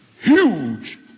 Huge